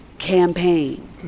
Campaign